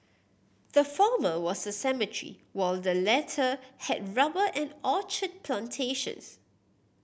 the former was a cemetery while the latter had rubber and orchard plantations